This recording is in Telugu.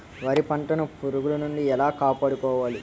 వరి పంటను పురుగుల నుండి ఎలా కాపాడుకోవాలి?